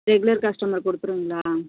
regular customer கொடுத்துருவிங்களா